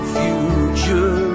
future